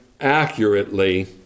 accurately